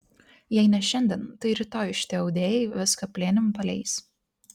jei ne šiandien tai rytoj šitie audėjai viską plėnim paleis